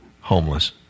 homeless